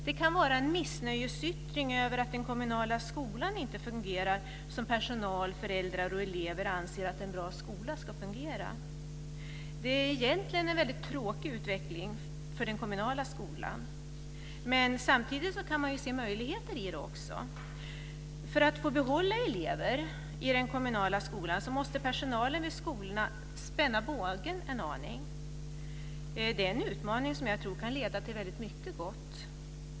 Det kan vara en missnöjesyttring över att den kommunala skolan inte fungerar som personal, föräldrar och elever anser att en bra skola ska fungera. Det är egentligen en väldigt tråkig utveckling för den kommunala skolan. Samtidigt kan man dock se möjligheter i detta. För att få behålla elever i den kommunala skolan måste personalen vid skolorna spänna bågen en aning. Det är en utmaning som jag tror kan leda till väldigt mycket gott.